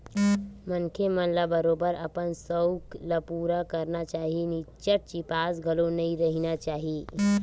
मनखे मन ल बरोबर अपन सउख ल पुरा करना चाही निच्चट चिपास घलो नइ रहिना चाही